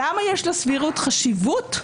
למה יש לסבירות חשיבות?